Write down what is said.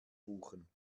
buchen